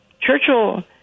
Churchill